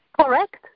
Correct